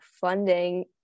funding